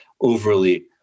overly